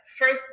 first